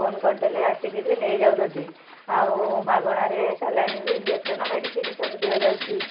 phone କରିଦେଲେ ଆସିକି ବି ନେଇଯାଉଛନ୍ତି ଆଉ ମାଗଣାରେ ସାଲାଇନ୍ ବି ଇଞ୍ଜେକ୍ସନ୍ ମେଡ଼ିସିନ୍ ସବୁ ଦିଆଯାଉଛି